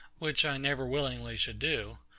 which i never willingly should do,